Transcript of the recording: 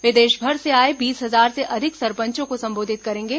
वे देशभर से आए बीस हजार से अधिक सरपंचों को संबोधित करेंगे